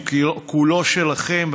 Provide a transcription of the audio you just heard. הוא כולו שלכם,